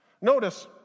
Notice